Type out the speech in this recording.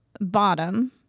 bottom